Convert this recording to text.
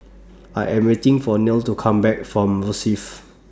I Am waiting For Neil to Come Back from Rosyth